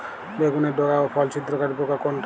বেগুনের ডগা ও ফল ছিদ্রকারী পোকা কোনটা?